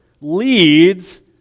leads